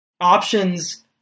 options